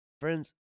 Friends